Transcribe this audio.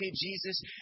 Jesus